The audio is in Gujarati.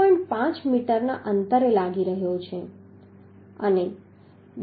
5 મીટરના અંતરે લાગી રહ્યો છે અને